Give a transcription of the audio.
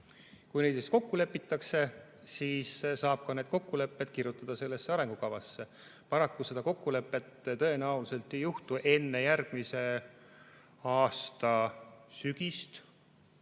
Kui nendes kokku lepitakse, siis saab ka need kokkulepped sellesse arengukavasse kirjutada. Paraku seda kokkulepet tõenäoliselt ei tule enne järgmise aasta sügist,